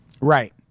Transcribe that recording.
Right